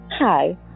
Hi